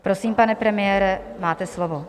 Prosím, pane premiére, máte slovo.